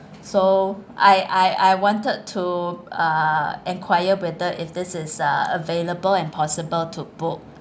so I I I wanted to uh enquire whether if this is uh available and possible to book